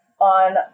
on